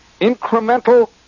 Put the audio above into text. incremental